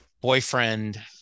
boyfriend